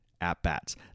at-bats